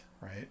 right